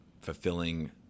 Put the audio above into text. fulfilling